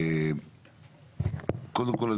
קודם כל,